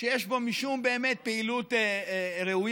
שיש בו משום באמת פעילות ראויה,